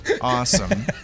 awesome